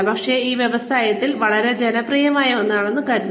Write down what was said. പക്ഷേ ഇത് വ്യവസായത്തിൽ വളരെ ജനപ്രിയമായ ഒന്നാണെന്ന് തോന്നുന്നു